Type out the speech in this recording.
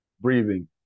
breathing